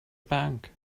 bank